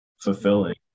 fulfilling